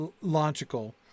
Logical